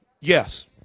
Yes